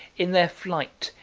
in their flight,